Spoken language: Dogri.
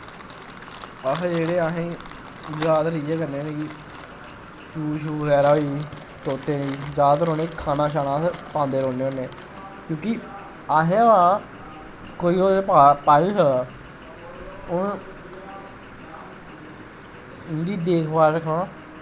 असैं जेह्ड़े असें जैदा इयै करने न कि चूग शूग बगैरा होई तोतें गी जैदातर उनेंगी खाना शाना अस पांदे रौंह्दे होन्ने क्योंकि असै ना कोई होर ते पा पाई निं सकदा हून उंदी देख भाल रक्खना